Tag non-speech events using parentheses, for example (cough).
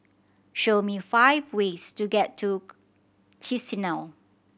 show me five ways to get to (unintelligible) Chisinau